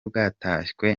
bwatashywe